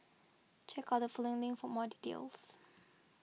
check out the following link for more details